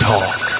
Talk